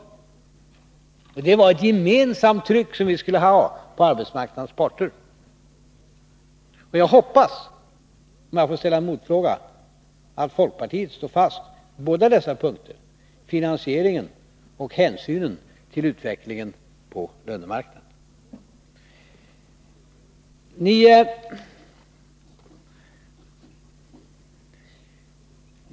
Vi skulle utöva ett gemensamt tryck på arbetsmarknadens parter. Om jag får ställa en motfråga, hoppas jag att folkpartiet står fast vid båda dessa punkter — finansieringen och hänsynen till utvecklingen på lönemarknaden.